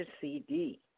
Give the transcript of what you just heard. CD